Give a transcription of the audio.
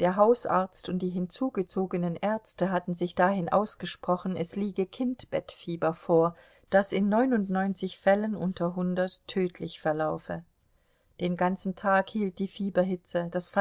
der hausarzt und die hinzugezogenen ärzte hatten sich dahin ausgesprochen es liege kindbettfieber vor das in neunundneunzig fällen unter hundert tödlich verlaufe den ganzen tag hielt die fieberhitze das